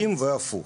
והפוך.